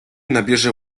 nabierze